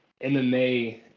MMA